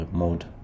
mode